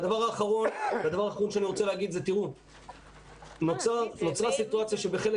והדבר האחרון שאני רוצה להגיד: נוצרה סיטואציה שבחלק